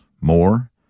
more